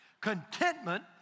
contentment